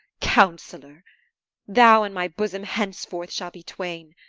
counsellor thou and my bosom henceforth shall be twain